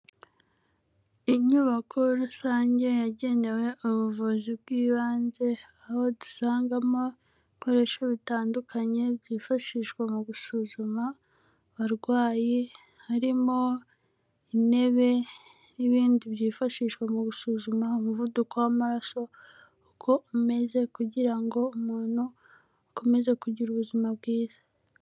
Inyubako rusange yagenewe ubuvuzi bw'ibanze, aho dusangamo ibikoresho bitandukanye byifashishwa mu gusuzuma abarwayi, harimo intebe n'ibindi byifashishwa mu gusuzuma umuvuduko w'amaraso uko ameze, kugira ngo umuntu akomeze kugira ubuzima bwiza.